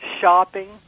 shopping